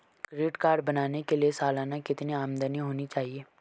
Credit card बनाने के लिए सालाना कितनी आमदनी होनी चाहिए?